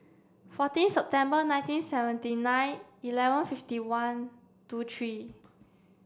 fourteen September nineteen seventy nine eleven fifty one two three